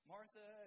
Martha